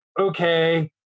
okay